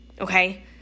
okay